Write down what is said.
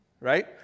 Right